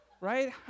right